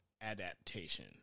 adaptation